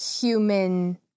human